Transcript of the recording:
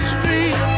Street